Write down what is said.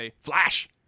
Flash